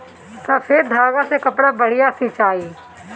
सफ़ेद धागा से कपड़ा बढ़िया सियाई